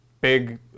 big